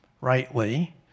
rightly